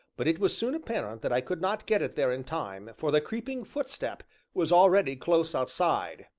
but it was soon apparent that i could not get it there in time, for the creeping footstep was already close outside,